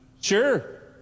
Sure